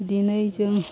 दिनै जों